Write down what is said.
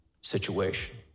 situation